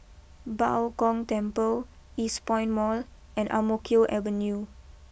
Bao Gong Temple Eastpoint Mall and Ang Mo Kio Avenue